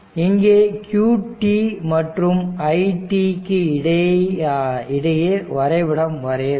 இங்கே q மற்றும் i இக்கு இடையே வரைபடம் வரைய வேண்டும்